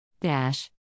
Dash